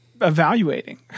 evaluating